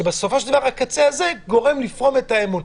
כשבסופו של דבר הקצה הזה גורם לפרום את האמון.